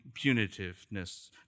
punitiveness